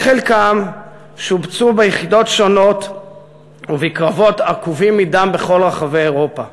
וחלקם שובצו ביחידות שונות ובקרבות עקובים מדם בכל רחבי אירופה.